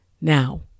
now